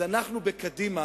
אז אנחנו בקדימה